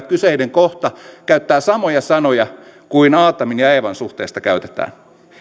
kyseinen kohta käyttää samoja sanoja kuin aatamin ja ja eevan suhteesta käytetään